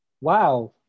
Wow